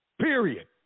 period